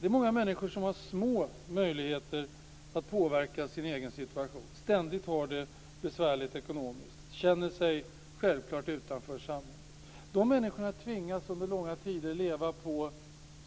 Det är många människor som har små möjligheter att påverka sin egen situation. De har det ständigt ekonomiskt besvärligt. De känner sig självklart utanför samhället. Dessa människor tvingas under långa tider leva på